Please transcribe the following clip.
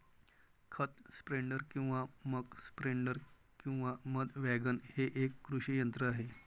खत स्प्रेडर किंवा muck spreader किंवा मध वॅगन हे एक कृषी यंत्र आहे